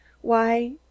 why